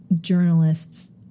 journalists